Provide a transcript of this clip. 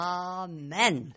amen